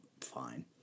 Fine